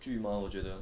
剧吗我觉得